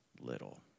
little